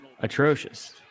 atrocious